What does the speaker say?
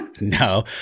no